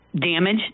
damage